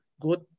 good